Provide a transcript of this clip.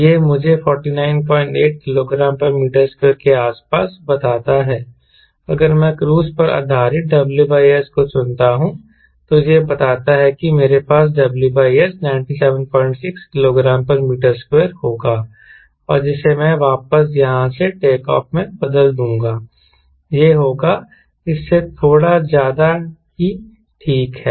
यह मुझे 498 kgm2 के आसपास बताता है अगर मैं क्रूज़ पर आधारित WS को चुनता हूं तो यह बताता है कि मेरे पास WS 976 kgm2 होगा और जिसे मैं वापस यहां से टेक ऑफ में बदल दूंगा यह होगा इससे थोड़ा ज्यादा ही ठीक है